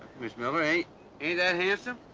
miss miller, ain't ain't that handsome?